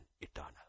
eternal